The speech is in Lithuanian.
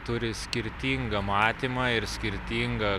turi skirtingą matymą ir skirtingą